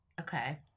Okay